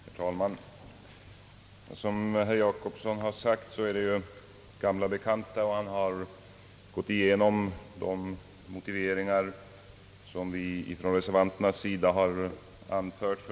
Herr talman! Det är, som herr Gösta Jacobsson sade, gamla bekanta som vi talar om. Han har gått igenom de motiveringar som vi reservanter har anfört.